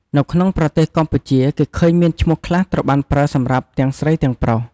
នៅក្នុងប្រទេសកម្ពុជា គេឃើញមានឈ្មោះខ្លះត្រូវបានប្រើសម្រាប់ទាំងស្រីទាំងប្រុស។